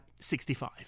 65